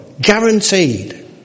Guaranteed